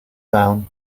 down